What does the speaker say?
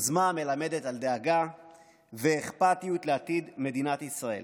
יוזמה המלמדת על דאגה ואכפתיות לעתיד מדינת ישראל.